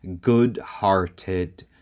good-hearted